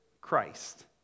Christ